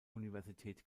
universität